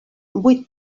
vuit